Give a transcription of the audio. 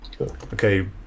Okay